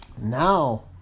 Now